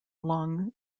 long